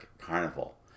Carnival